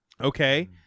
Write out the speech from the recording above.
Okay